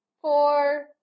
four